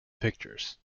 pictures